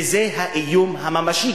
וזה האיום הממשי,